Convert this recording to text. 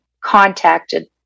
contacted